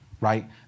right